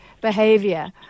behavior